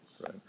right